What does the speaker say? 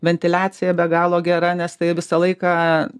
ventiliacija be galo gera nes tai visą laiką